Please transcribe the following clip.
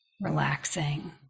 relaxing